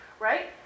Right